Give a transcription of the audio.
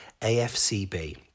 afcb